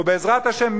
ובעזרת השם,